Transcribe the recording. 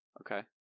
Okay